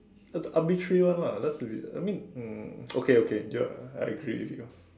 uh the arbitrary one lah that's a bit I mean um okay okay yup I agree with you